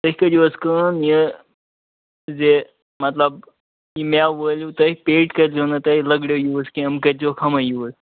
تُہۍ کٔریو حظ کٲم یہِ زِ مطلب مٮ۪وٕ وٲلِو تُہۍ پیٖٹ کٔرۍزیٚو نہٕ تُہۍ لٔکرِ یوٗز کیٚنٛہہ تُہۍ کٔرۍزیٚو ہُمَے یوٗز